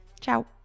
Ciao